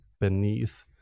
beneath